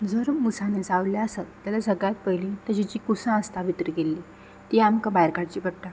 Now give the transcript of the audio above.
जर मुसांनी चावले आसत जाल्यार सगळ्यांत पयलीं तेजी जीं कुसां आसता भितर गेल्लीं तीं आमकां भायर काडचीं पडटा